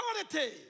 authority